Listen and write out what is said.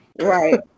Right